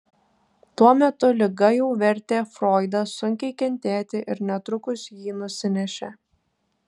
tuo metu liga jau vertė froidą sunkiai kentėti ir netrukus jį nusinešė